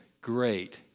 great